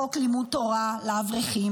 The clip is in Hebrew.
חוק לימוד תורה לאברכים,